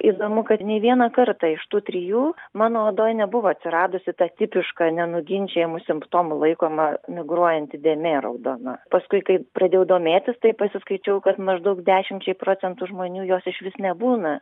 įdomu kad nei vieną kartą iš tų trijų mano odoj nebuvo atsiradusi ta tipiška nenuginčijamu simptomu laikoma migruojanti dėmė raudona paskui kai pradėjau domėtis tai pasiskaičiau kad maždaug dešimčiai procentų žmonių jos išvis nebūna